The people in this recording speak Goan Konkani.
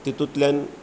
तितुंतल्यान